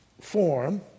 form